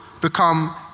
become